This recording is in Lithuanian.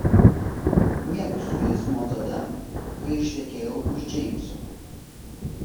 miegu su jais nuo tada kai ištekėjau už džeimso